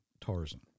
Tarzan